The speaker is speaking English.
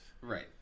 Right